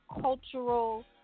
cultural